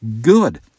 good